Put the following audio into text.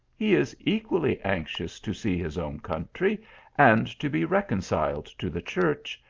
he is equally anxious to see his own country and to be reconciled to the church,